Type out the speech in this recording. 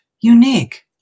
unique